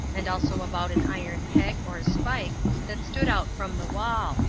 and also about an iron peg or spike that stood out from the wall,